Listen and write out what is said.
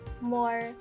more